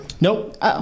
Nope